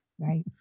Right